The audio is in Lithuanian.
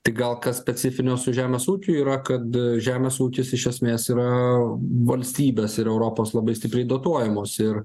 tai gal kas specifinio su žemės ūkiu yra kad žemės ūkis iš esmės yra valstybės ir europos labai stipriai dotuojamos ir